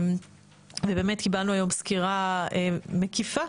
ובאמת קיבלנו היום סקירה מקיפה